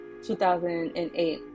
2008